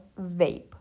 vape